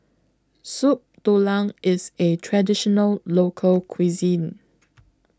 Soup Tulang IS A Traditional Local Cuisine